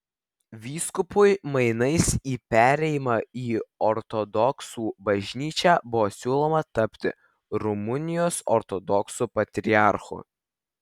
vyskupui mainais į perėjimą į ortodoksų bažnyčią buvo siūloma tapti rumunijos ortodoksų patriarchu